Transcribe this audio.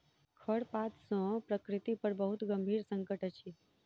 खरपात सॅ प्रकृति पर बहुत गंभीर संकट अछि